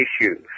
issues